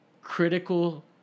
critical